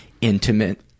intimate